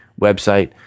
website